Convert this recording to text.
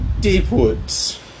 Deepwoods